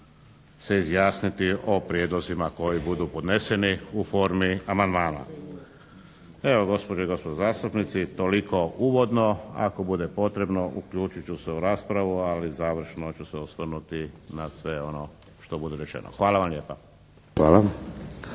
se izjasniti o prijedlozima koji budu podneseni u formi amandmana. Evo gospođe i gospodo zastupnici, toliko uvodno. Ako bude potrebno uključit ću se u raspravu, ali završno ću se osvrnuti na sve ono što bude rečeno. Hvala vam lijepa.